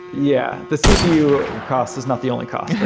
yeah. the cpu cost is not the only cost.